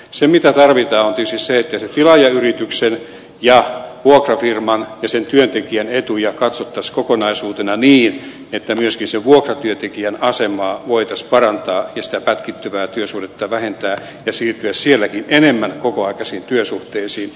se mitä tarvitaan on tietysti se että tilaajayrityksen ja vuokrafirman ja työntekijän etuja katsottaisiin kokonaisuutena niin että myöskin vuokratyöntekijän asemaa voitaisiin parantaa ja pätkittyvää työsuhdetta vähentää ja siirtyä sielläkin enemmän kokoaikaisiin työsuhteisiin